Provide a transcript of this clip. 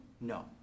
No